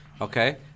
Okay